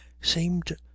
seemed